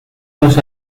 dos